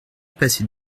passer